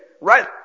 Right